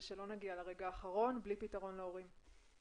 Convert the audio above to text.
שלא נגיע לרגע האחרון בלי פתרון להורים.